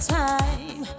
time